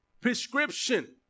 prescription